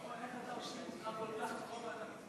תאמין לי, רק על זה מגיע